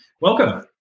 Welcome